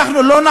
זה לא יהיה.